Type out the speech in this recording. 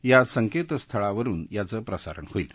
या संक्तीस्थळावरुन याचं प्रसारण होईल